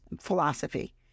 philosophy